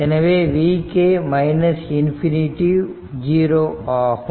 எனவே vk ∞ 0 ஆகும்